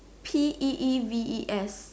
P E E V E S